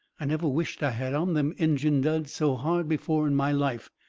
i never wisht i had on them injun duds so hard before in my life.